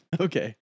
Okay